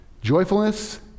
Joyfulness